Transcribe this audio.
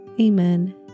Amen